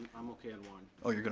i'm okay on one. oh, you're good